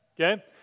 Okay